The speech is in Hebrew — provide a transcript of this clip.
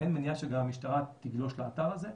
אין מניעה שגם המשטרה תגלוש לאתר הזה.